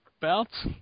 belts